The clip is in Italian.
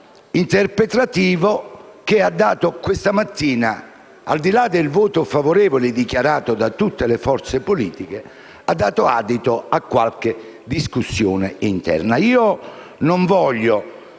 dubbio interpretativo che questa mattina, al di là del voto favorevole dichiarato da tutte le forze politiche, ha dato adito a qualche discussione interna.